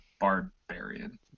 barbarian